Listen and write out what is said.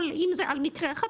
אם זה על מקרה אחד,